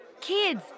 kids